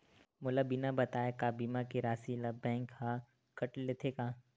मोला बिना बताय का बीमा के राशि ला बैंक हा कत लेते का?